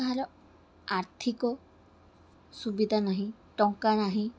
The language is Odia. କାହାର ଆର୍ଥିକ ସୁବିଧା ନାହିଁ ଟଙ୍କା ନାହିଁ